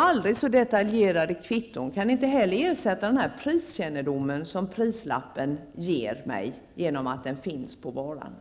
Aldrig så detaljerade kvitton kan inte heller ersätta den priskännedom som prislappen ger mig genom att den finns på varan.